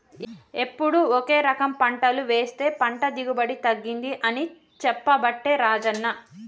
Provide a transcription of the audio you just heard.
ఎప్పుడు ఒకే రకం పంటలు వేస్తె పంట దిగుబడి తగ్గింది అని చెప్పబట్టే రాజన్న